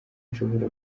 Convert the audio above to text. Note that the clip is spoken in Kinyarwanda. nshobora